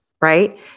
right